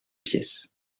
pièce